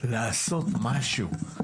לעשות משהו.